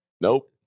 Nope